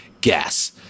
Gas